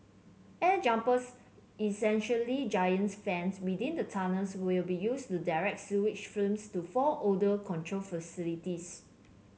air jumpers essentially giants fans within the tunnels will be used to direct sewage fumes to four odour control facilities